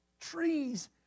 trees